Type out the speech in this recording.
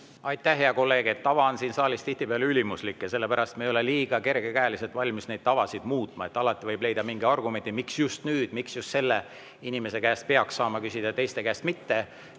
Aitäh, hea kolleeg! Tava on siin saalis tihtipeale ülimuslik ja sellepärast ei ole me liiga kergekäeliselt valmis neid tavasid muutma. Alati võib leida mingi argumendi, miks just nüüd, miks just selle inimese käest peaks saama küsida ja teiste käest mitte.